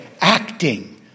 acting